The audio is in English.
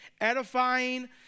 edifying